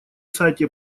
сайте